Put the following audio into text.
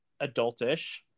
adultish